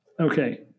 Okay